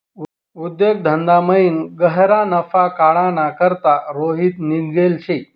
उद्योग धंदामयीन गह्यरा नफा काढाना करता रोहित निंघेल शे